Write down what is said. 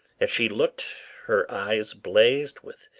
as she looked, her eyes blazed with